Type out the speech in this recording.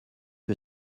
que